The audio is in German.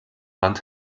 wand